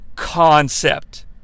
Concept